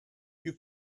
you